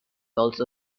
also